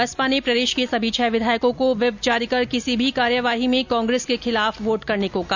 बसपा ने प्रदेश के सभी छह विधायकों को व्हिप जारी कर किसी भी कार्यवाही में कांग्रेस के खिलाफ वोट करने को कहा